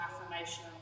affirmation